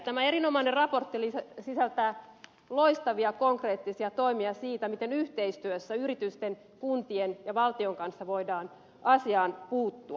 tämä erinomainen raportti sisältää loistavia konkreettisia toimia miten yhteistyössä yritysten kuntien ja valtion kanssa voidaan asiaan puuttua